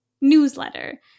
newsletter